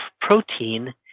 protein